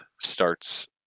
starts